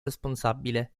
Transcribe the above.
responsabile